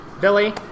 Billy